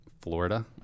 florida